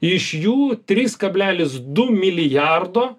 iš jų trys kablelis du milijardo